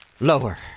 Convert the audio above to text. Lower